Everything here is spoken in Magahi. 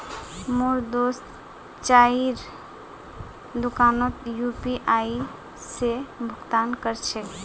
मोर दोस्त चाइर दुकानोत यू.पी.आई स भुक्तान कर छेक